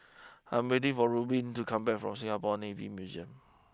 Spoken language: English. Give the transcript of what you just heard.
I'm waiting for Rubin to come back from Singapore Navy Museum